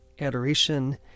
adoration